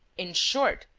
in short,